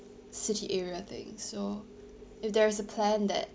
city area thing so if there is a plan that